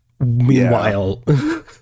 Meanwhile